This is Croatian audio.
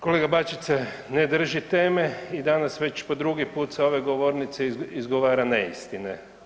Kolega Bačić se ne drži teme i danas već po drugi put s ove govornice izgovara neistine.